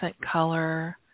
color